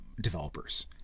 developers